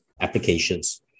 applications